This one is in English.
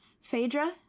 Phaedra